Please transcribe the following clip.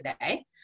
today